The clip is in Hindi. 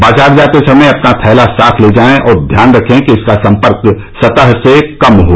बाजार जाते समय अपना थैला साथ ले जायें और ध्यान रखें कि इसका संपर्क सतह से कम हो